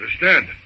understand